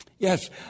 Yes